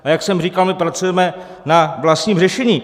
A jak jsem říkal, my pracujeme na vlastním řešení.